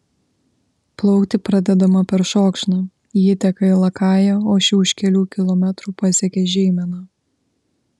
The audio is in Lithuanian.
plaukti pradedama peršokšna ji įteka į lakają o ši už kelių kilometrų pasiekia žeimeną